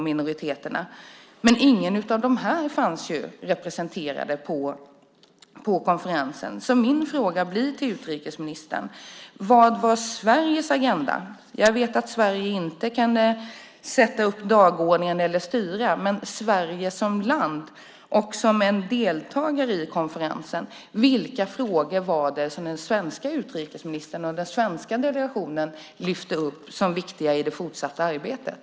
Ingen av dessa fanns representerade på konferensen. Vad var Sveriges agenda, utrikesministern? Jag vet att Sverige inte kunde sätta dagordningen eller styra, men för Sverige som land och deltagare i konferensen undrar jag vilka frågor som den svenska utrikesministern och den svenska delegationen lyfte fram som viktiga i det fortsatta arbetet.